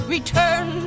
Return